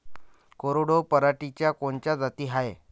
कोरडवाहू पराटीच्या कोनच्या जाती हाये?